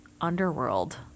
Underworld